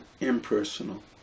impersonal